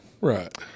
Right